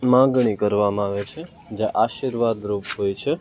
માંગણી કરવામાં આવે છે જે આશીર્વાદ રૂપ હોય છે